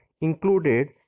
included